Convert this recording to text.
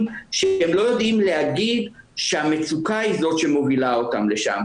שהם לא יודעים להגיד שהמצוקה היא זאת שמובילה אותם לשם,